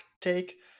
take